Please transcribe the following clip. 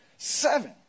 seven